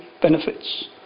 benefits